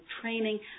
training